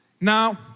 Now